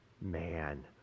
man